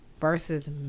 versus